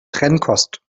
trennkost